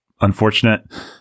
unfortunate